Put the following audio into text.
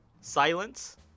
silence